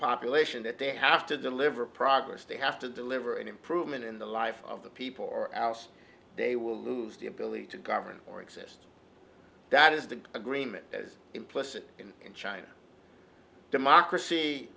population that they have to deliver progress they have to deliver an improvement in the life of the people or else they will lose the ability to govern or exist that is the agreement that is implicit in in china democracy